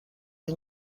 این